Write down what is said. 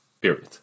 period